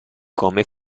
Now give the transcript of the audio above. come